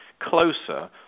closer